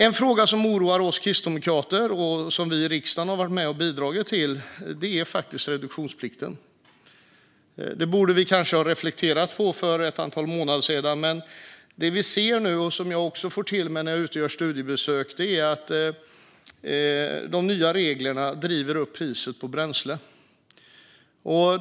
En fråga som oroar oss kristdemokrater och där vi i riksdagen har varit med och bidragit är reduktionsplikten. Detta borde vi kanske ha reflekterat över för ett antal månader sedan. Det vi ser nu, och som jag också får höra när jag är ute och gör studiebesök, är att de nya reglerna driver upp priset på bränsle.